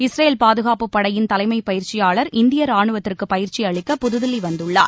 Israel பாதுகாப்புப் படையின் தலைமைப் பயிற்சியாளர் இந்திய ராணுவத்திற்கு பயிற்சி அளிக்க புதுதில்லி வந்துள்ளார்